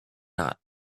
not